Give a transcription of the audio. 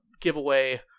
giveaway